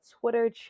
Twitter